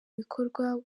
bikorwa